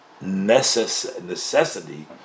necessity